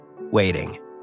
waiting